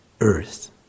earth